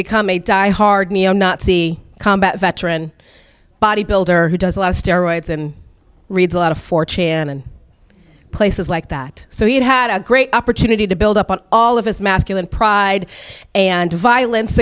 become a diehard neo nazi combat veteran bodybuilder who does a lot of steroids and reads a lot of for chan and places like that so he had a great opportunity to build up on all of his masculine pride and violence